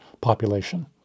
population